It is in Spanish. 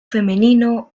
femenino